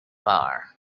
bar